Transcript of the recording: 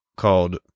Called